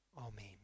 Amen